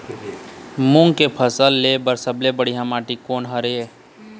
मूंग के फसल लेहे बर सबले बढ़िया माटी कोन हर ये?